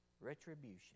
retribution